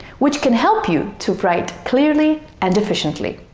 which can help you to write clearly and efficiently.